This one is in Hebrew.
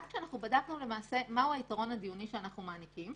כשבדקנו מה הוא היתרון הדיוני שאנחנו מעניקים,